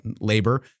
labor